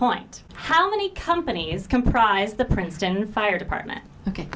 point how many companies comprise the princeton fire department ok